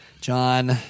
John